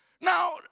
Now